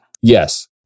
Yes